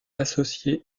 associée